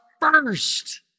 first